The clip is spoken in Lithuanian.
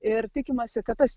ir tikimasi kad tas